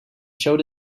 showed